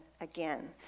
again